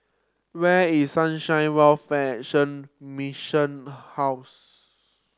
where is Sunshine Welfare Action Mission House